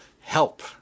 help